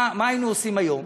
מה היינו עושים היום?